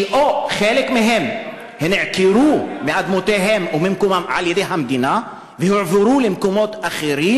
שחלק מהם נעקרו מאדמותיהם וממקומם על-ידי המדינה והועברו למקומות אחרים,